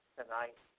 tonight